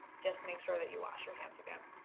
just make sure that you wash your hands again.